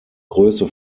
größe